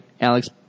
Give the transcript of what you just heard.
Alex